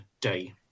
day